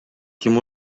ким